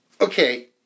okay